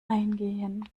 eingehen